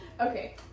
Okay